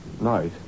night